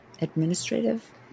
administrative